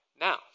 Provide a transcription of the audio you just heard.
Now